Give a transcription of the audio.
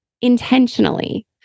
intentionally